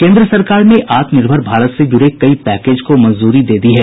केन्द्र सरकार ने आत्मनिर्भर भारत से जुड़े कई पैकेज को मंजूरी दे दी है